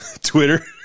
Twitter